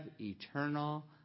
eternal